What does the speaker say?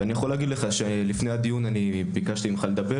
אני יכול להגיד לך שלפני הדיון אני ביקשתי לדבר,